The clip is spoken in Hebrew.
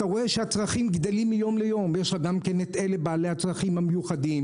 אתה רואה שהצרכים גדלים מיום ליום יש לך את אלה בעלי הצרכים המיוחדים,